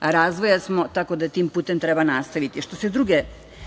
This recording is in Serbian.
razvoja smo, tako da tim putem treba nastaviti. Što se druge